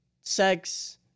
Sex